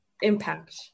impact